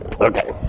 Okay